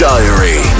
Diary